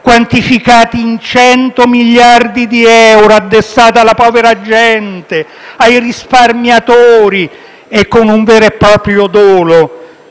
(quantificati in 100 miliardi di euro, addossati alla povera gente e ai risparmiatori), con il vero e proprio dolo